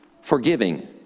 Forgiving